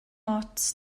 ots